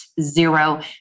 Zero